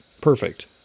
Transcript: Perfect